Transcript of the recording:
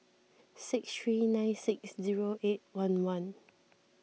six three nine six zero eight one one